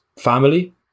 family